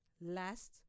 Last